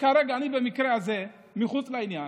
במקרה הזה אני מחוץ לעניין.